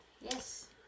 Yes